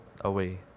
away